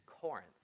Corinth